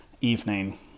evening